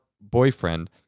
boyfriend